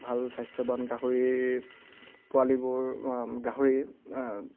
ভাল স্বাস্থ্যৱান গাহৰিৰ পোৱালিবোৰ গাহৰিৰ